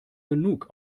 genug